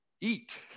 eat